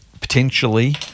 potentially